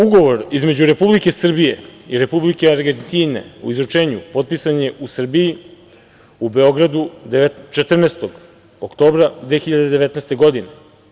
Ugovor između Republike Srbije i Republike Argentine, o izručenju, potpisan je u Srbiji, u Beogradu 14. oktobra 2019. godine.